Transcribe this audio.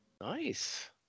Nice